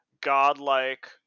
godlike